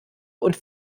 und